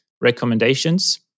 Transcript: recommendations